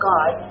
God